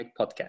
Podcast